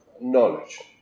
knowledge